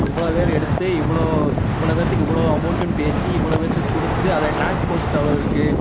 இவ்வளோ பேர் எடுத்து இவ்வளோ இவ்வளோ பேர்த்துக்கு இவ்வளோ அமௌண்ட்டுன்னு பேசி இவ்வளோ பேர்த்துக்கு கொடுத்து அதை ட்ரான்ஸ்போர்ட்டு செலவு இருக்குது